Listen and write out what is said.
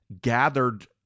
gathered